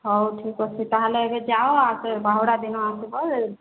ହେଉ ଠିକ ଅଛି ତା'ହେଲେ ଏବେ ଯାଅ ଆଉ ସେ ବାହୁଡ଼ା ଦିନ ଆସିବ